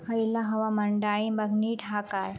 हयला हवामान डाळींबाक नीट हा काय?